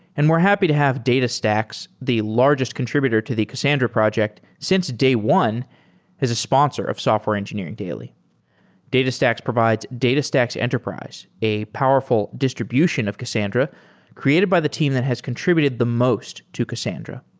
and we're happy to have datastax, the largest contributed to the cassandra project since day one as a sponsor of software engineering daily datastax provides datastax enterprise, a powerful distribution of cassandra created by the team that has contributed the most to cassandra.